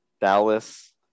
Dallas